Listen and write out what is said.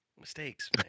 Mistakes